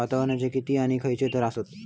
वातावरणाचे किती आणि खैयचे थर आसत?